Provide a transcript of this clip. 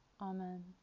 Amen